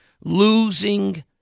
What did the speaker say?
Losing